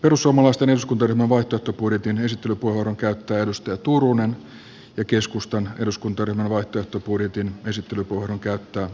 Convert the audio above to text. perussuomalaisten eduskuntaryhmän vaihtoehtobudjetin esittelypuheenvuoron käyttää kaj turunen ja keskustan eduskuntaryhmän vaihtoehtobudjetin esittelypuheenvuoron käyttää kimmo tiilikainen